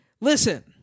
Listen